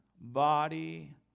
body